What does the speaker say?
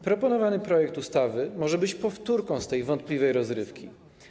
Proponowany projekt ustawy może być powtórką z tej wątpliwej rozrywki.